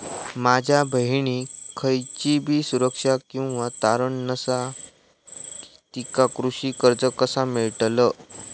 माझ्या बहिणीक खयचीबी सुरक्षा किंवा तारण नसा तिका कृषी कर्ज कसा मेळतल?